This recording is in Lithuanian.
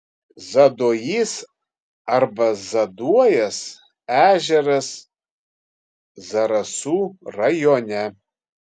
zaduojys arba zaduojas ežeras zarasų rajone